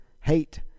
hate